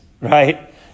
right